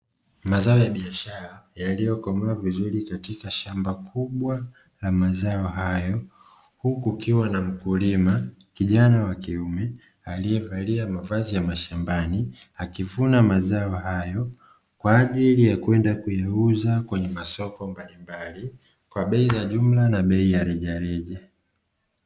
Mazao ya biashara yaliokomaa vizuri katika shamba kubwa la mazao hayo huku kukiwa na mkulima kijana wa kiume alirvalia mavazi ya mashambani akivuna maxao hayo kwa ajili ya kwenfa kuyauza kwenye masoko mbali mbali kw bei ya jumla na bei rejareja.